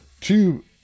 two